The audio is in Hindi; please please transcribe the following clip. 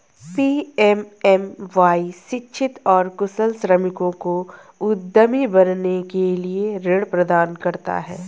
पी.एम.एम.वाई शिक्षित और कुशल श्रमिकों को उद्यमी बनने के लिए ऋण प्रदान करता है